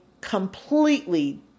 completely